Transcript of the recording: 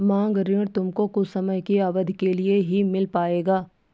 मांग ऋण तुमको कुछ समय की अवधी के लिए ही मिल पाएगा